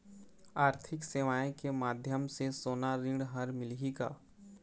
आरथिक सेवाएँ के माध्यम से सोना ऋण हर मिलही का?